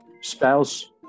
spouse